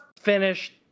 finished